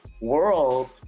world